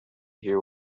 hear